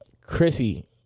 Chrissy